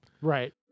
Right